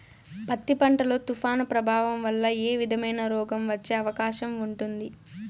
పత్తి పంట లో, తుఫాను ప్రభావం వల్ల ఏ విధమైన రోగం వచ్చే అవకాశం ఉంటుంది?